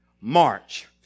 march